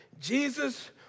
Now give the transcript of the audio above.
Jesus